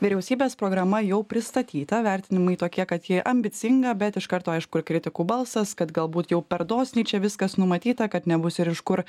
vyriausybės programa jau pristatyta vertinimai tokie kad ji ambicinga bet iš karto aišku ir kritikų balsas kad galbūt jau per dosniai čia viskas numatyta kad nebus ir iš kur